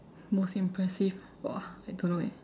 most impressive !wah! I don't know eh